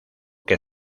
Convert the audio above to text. que